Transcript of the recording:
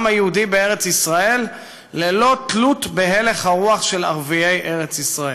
היהודי בארץ ישראל ללא תלות בהלך הרוח של ערביי ארץ ישראל.